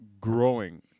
growing